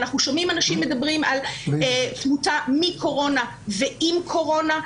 ואנחנו שומעים אנשים מדברים על תמותה מקורונה ועם קורונה.